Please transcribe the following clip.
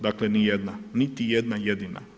Dakle nijedna, niti jedna jedina.